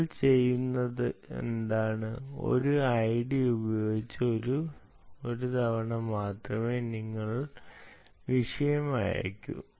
നിങ്ങൾ ചെയ്യുന്നതെന്താണ് ഒരു ഐഡി ഉപയോഗിച്ച് ഒരു തവണ മാത്രമേ നിങ്ങൾ വിഷയം അയയ്ക്കൂ